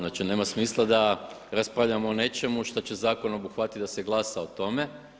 Znači nema smisla da raspravljamo o nečemu što će zakon obuhvatiti da se glasa o tome.